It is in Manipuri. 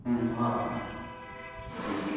ꯎꯝ ꯍꯣꯏ ꯍꯣꯏ ꯍꯣꯏ ꯎꯝ